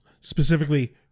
Specifically